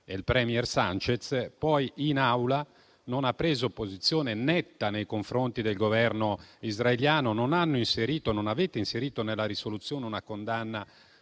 e il premier Sánchez, poi in Aula non ha preso una posizione netta nei confronti del Governo israeliano: non avete inserito nella risoluzione una condanna